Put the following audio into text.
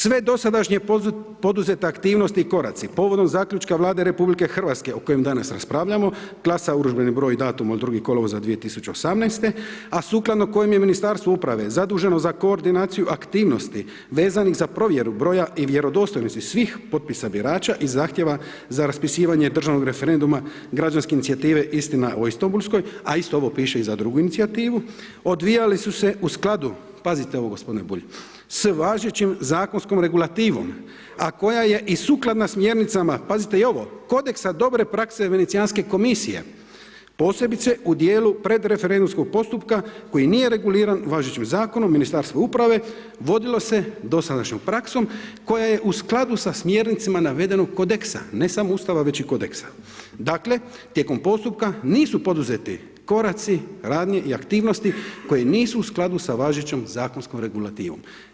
Sve dosadašnje poduzete aktivnosti i koraci povodom Zaključka Vlade RH o kojem danas raspravljamo, klasa i urudžbeni broj, datum od 2. kolovoza 2018., a sukladno kojem je Ministarstvo uprave zaduženo za koordinaciju aktivnosti vezanih za provjeru broja i vjerodostojnosti svih potpisa birača i zahtjeva za raspisivanje državnog referenduma Građanske inicijative Istina o Istanbulskoj, a isto ovo piše i za drugu inicijativu, odvijali su se u skladu, pazite ovo gospodine Bulj, s važećom zakonskom regulativom a koja je i sukladna smjernicama, pazite i ovo, kodeksa dobre prakse Venecijanske komisije, posebice u dijelu pred referendumskog postupka koji nije reguliran važećim zakonom Ministarstva uprave vodilo se dosadašnjom praksom koja je u skladu s smjernicama navedenog kodeksa, ne samo Ustava već i kodeksa, dakle tijekom postupka nisu poduzeti koraci, radnje i aktivnosti koje nisu u skladu sa važećom zakonskom regulativom.